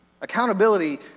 Accountability